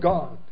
God